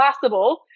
possible